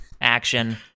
Action